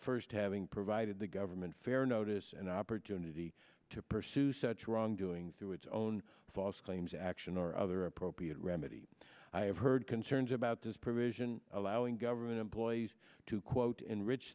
having provided the government fair notice an opportunity to pursue such wrongdoing through its own false claims action or other appropriate remedy i have heard concerns about this provision allowing government employees to quote enrich